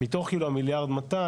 מתוך ה-1.200 מיליארד,